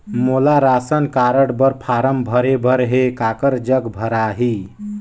मोला ration card बर form भरे बर हे काकर जग भराही?